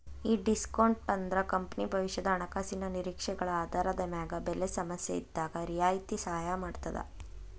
ಈ ಡಿಸ್ಕೋನ್ಟ್ ಅಂದ್ರ ಕಂಪನಿ ಭವಿಷ್ಯದ ಹಣಕಾಸಿನ ನಿರೇಕ್ಷೆಗಳ ಆಧಾರದ ಮ್ಯಾಗ ಬೆಲೆ ಸಮಸ್ಯೆಇದ್ದಾಗ್ ರಿಯಾಯಿತಿ ಸಹಾಯ ಮಾಡ್ತದ